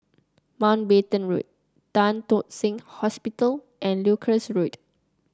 Mountbatten Road Tan Tock Seng Hospital and Leuchars Road